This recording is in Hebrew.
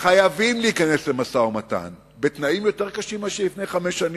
חייבים להיכנס למשא-ומתן בתנאים יותר קשים מאשר לפני חמש שנים,